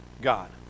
God